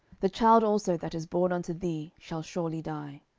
the child also that is born unto thee shall surely die.